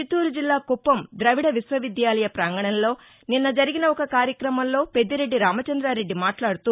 చిత్తూరు జిల్లా కుప్పం ద్రవిడ విశ్వవిద్యాలయ ప్రాంగణంలో నిన్న జరిగిన ఒక కార్యక్రమంలో పెద్దిరెడ్డి రామచంద్రారెడ్డి మాట్లాడుతూ